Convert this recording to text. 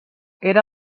era